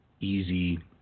easy